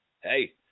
hey